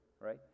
right